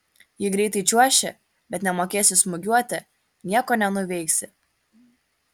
jei greitai čiuoši bet nemokėsi smūgiuoti nieko nenuveiksi